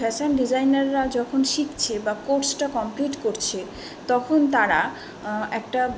fashion ডিজাইনাররা যখন শিখছে বা কোর্সটা কমপ্লিট করছে তখন তারা একটা